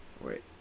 Wait